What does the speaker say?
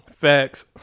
Facts